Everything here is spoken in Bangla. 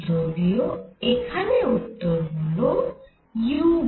যদিও এখানে উত্তর হল u3